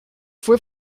fue